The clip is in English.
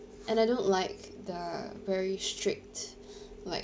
and I don't like the very strict like